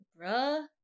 bruh